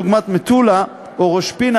דוגמת מטולה או ראש-פינה,